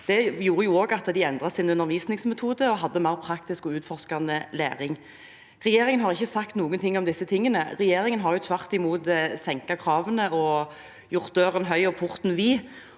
Det gjorde også at de endret sin undervisningsmetode og hadde mer praktisk og utforskende læring. Regjeringen har ikke sagt noe om disse tingene. Regjeringen har tvert imot senket kravene og gjort døren